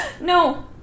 No